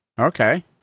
Okay